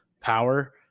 power